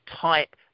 type